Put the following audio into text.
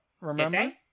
Remember